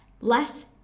less